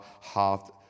half